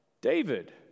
David